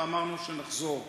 אמרנו שנחזור,